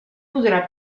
podrà